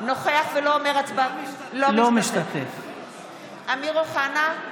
אינו משתתף בהצבעה אמיר אוחנה,